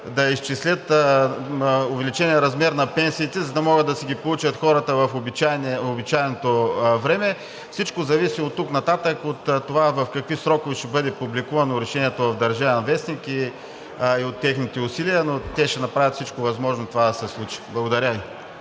да изчислят увеличения размер на пенсиите, за да могат да си ги получат хората в обичайното време. Всичко зависи оттук нататък от това в какви срокове ще бъде публикувано решението в „Държавен вестник“ и от техните усилия, но те ще направят всичко възможно това да се случи. Благодаря Ви.